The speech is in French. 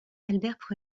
albert